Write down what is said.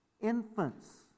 infants